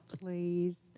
Please